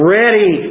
ready